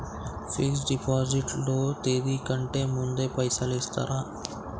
Fix డ్ deposit లో తేది కంటే ముందే పైసలు ఇత్తరా?